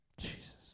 Jesus